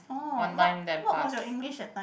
orh what what was your English that time